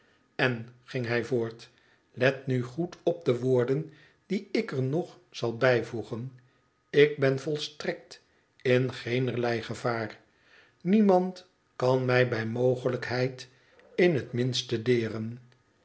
en ging hij voort let nu goed op de woorden die ik er nog zal bijvoegen ik ben volstrekt in geenerlei gevaar niemand kan mij bij mogelijkheid in het minste deren